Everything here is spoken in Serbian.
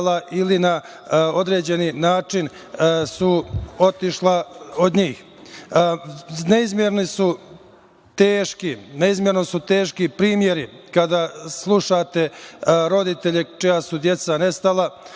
ili su na određen način otišla od njih. Neizmerno su teški primeri kada slušate roditelje čija su deca nestala,